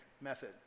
method